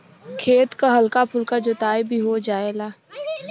खेत क हल्का फुल्का जोताई भी हो जायेला